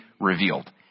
revealed